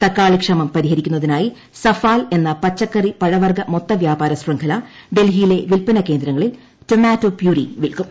തക്കാളി ക്ഷാമം പരിഹരിക്കുന്നതിനായി സഫാൽ എന്ന പച്ചക്കറി പഴവർഗ്ഗ മൊത്ത വ്യാപാര ശൃംഖല ഡൽഹിയിലെ വിൽപ്പന കേന്ദ്രങ്ങളിൽ ടൊമാറ്റോ പ്യൂരി വിൽക്കും